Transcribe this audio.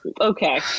Okay